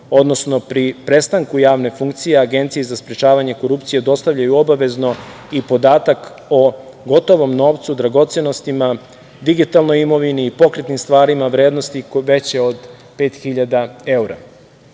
odnosno pri prestanku javne funkcije Agenciji za sprečavanje korupcije dostavljaju obavezno i podatak o gotovom novcu, dragocenostima, digitalnoj imovini, pokretnim stvarima vrednosti veće od 5.000